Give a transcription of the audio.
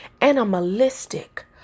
animalistic